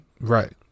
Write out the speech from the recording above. Right